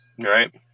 Right